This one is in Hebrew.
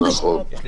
92 שמרותקת לביתה?